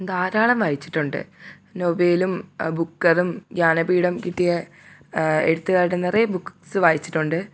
ധാരാളം വായിച്ചിട്ടുണ്ട് നോവലും ബുക്ക് അതും ജ്ഞാനപീഠം കിട്ടിയ എഴുത്തുകാരുടെ നിറയെ ബുക്സ് വായിച്ചിട്ടുണ്ട്